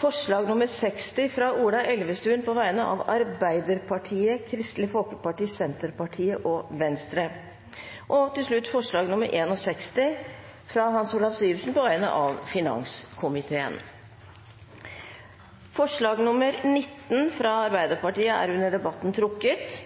forslag nr. 60, fra Ola Elvestuen på vegne av Arbeiderpartiet, Kristelig Folkeparti, Senterpartiet og Venstre forslag nr. 61, fra Hans Olav Syversen på vegne av finanskomiteen Forslag nr. 19, fra Arbeiderpartiet, er under debatten trukket.